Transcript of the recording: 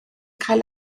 cael